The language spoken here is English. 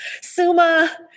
Suma